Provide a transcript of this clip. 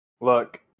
look